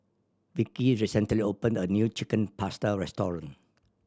Vickie recently opened a new Chicken Pasta restaurant